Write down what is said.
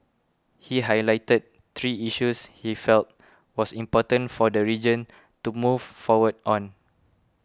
he highlighted three issues he felt was important for the region to move forward on